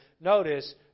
Notice